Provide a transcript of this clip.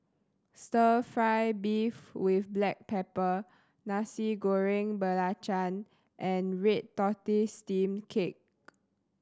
Stir Fry beef with black pepper Nasi Goreng Belacan and red tortoise steamed cake